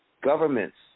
governments